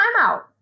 timeout